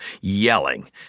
yelling